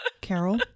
Carol